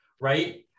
right